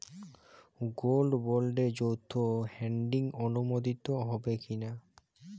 Gold বন্ডে যৌথ holding অনুমোদিত হবে কিনা?